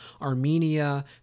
Armenia